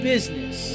Business